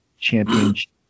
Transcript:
Championship